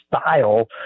style